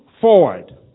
forward